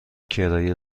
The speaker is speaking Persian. کرایه